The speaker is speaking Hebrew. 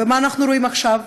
ומה אנחנו רואים עכשיו?